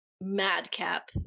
madcap